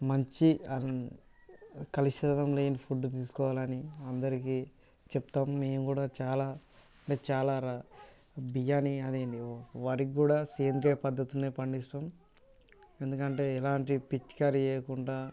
మంచి కలుషితం లేని ఫుడ్డు తీసుకోవాలని అందరికీ చెప్తాము మేము కూడా చాలా అంటే చాలా రా బియ్యాన్ని అది ఏంది వరికి కూడా సేంద్రీయ పద్ధతినే పండిస్తాము ఎందుకంటే ఇలాంటి పిచికారి చేయకుంటా